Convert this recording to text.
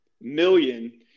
million